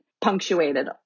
punctuated